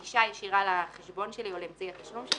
לתת גישה ישירה לחשבון שלי או לאמצעי התשלום שלי.